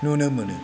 नुनो मोनो